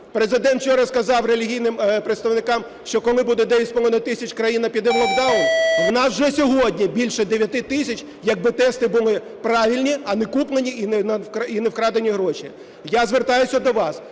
Президент вчора сказав релігійним представникам, що коли буде дев'ять з половиною тисяч, країна піде в локдаун. У нас вже сьогодні більше дев'яти тисяч, якби тести були правильні, а не куплені, і не вкрадені гроші. Я звертаюся до вас.